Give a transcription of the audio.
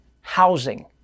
housing